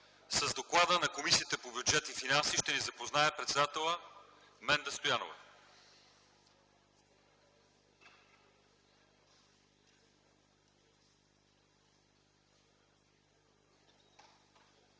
С доклада на Комисията по бюджет и финанси ще ни запознае председателят й Менда Стоянова. ДОКЛАДЧИК